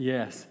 Yes